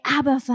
Abba